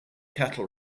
cattle